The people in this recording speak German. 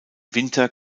winter